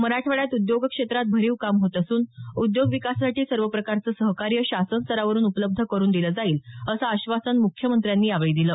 मराठवाड्यात उद्योग क्षेत्रात भरीव काम होत असून उद्योग विकासासाठी सर्व प्रकारचं सहकार्य शासनस्तरावरून उपलब्ध करून दिलं जाईल असं आश्वासन मुख्यमंत्र्यांनी यावेळी दिलं